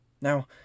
Now